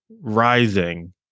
rising